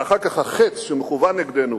ואחר כך החץ שמכוון נגדנו,